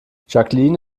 jacqueline